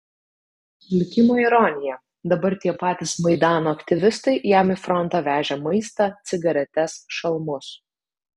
likimo ironija dabar tie patys maidano aktyvistai jam į frontą vežė maistą cigaretes šalmus